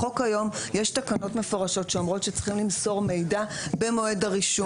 בחוק היום יש תקנות מפורשות שאומרות שצריכים למסור מידע במועד הרישום.